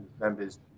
members